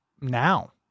now